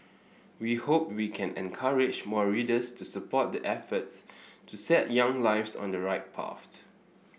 we hope we can encourage more readers to support the efforts to set young lives on the right path